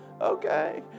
Okay